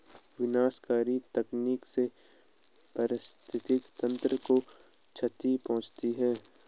विनाशकारी तकनीक से पारिस्थितिकी तंत्र को क्षति पहुँचती है